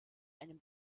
einem